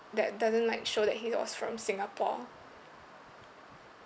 that doesn't like show that he was from singapore